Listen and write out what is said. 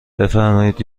بفرمایید